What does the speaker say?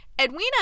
Edwina